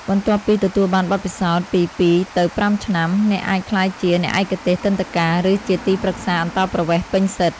បន្ទាប់ពីទទួលបានបទពិសោធន៍ពី ២ទៅ៥ ឆ្នាំ អ្នកអាចក្លាយជា អ្នកឯកទេសទិដ្ឋាការ ឬជាទីប្រឹក្សាអន្តោប្រវេសន៍ពេញសិទ្ធ។